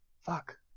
Fuck